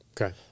Okay